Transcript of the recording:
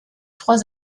trois